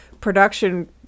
production